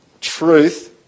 truth